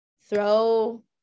throw